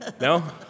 No